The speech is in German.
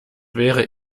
wäre